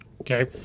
Okay